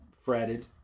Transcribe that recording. fretted